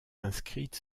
inscrite